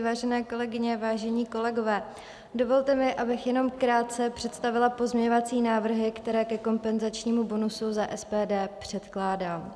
Vážené kolegyně, vážení kolegové, dovolte mi, abych jenom krátce představila pozměňovací návrhy, které ke kompenzačnímu bonusu za SPD předkládám.